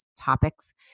topics